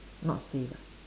not safe ah